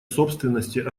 собственности